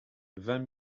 vingt